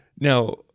Now